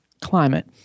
climate